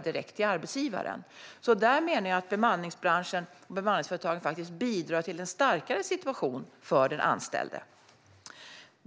direkt hos arbetsgivaren. Där menar jag att bemanningsföretagen faktiskt bidrar till en starkare situation för den anställde.